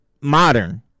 modern